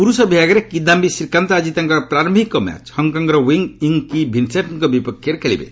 ପୁରୁଷ ବିଭାଗରେ କିଦାଧି ଶ୍ରୀକାନ୍ତ ଆଜି ତାଙ୍କର ପ୍ରାରମ୍ଭିକ ମ୍ୟାଚ୍ ହଂକର ୱଙ୍ଗ୍ ୱିଙ୍ଗ୍ କି ଭିନ୍ସେନଟ୍ଙ୍କ ବିପକ୍ଷରେ ଖେଳିବେ